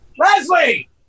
Leslie